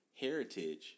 heritage